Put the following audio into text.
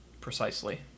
Precisely